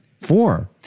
Four